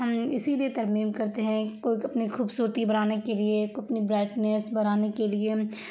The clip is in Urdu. ہم اسی لیے ترمیم کرتے ہیں کوئی اپنے خوبصورتی بڑھانے کے لیے کوئی اپنی برائٹنیس بڑھانے کے لیے